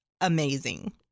amazing